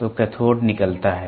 तो कैथोड निकलता है